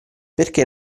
perché